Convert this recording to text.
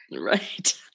Right